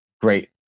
great